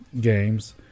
games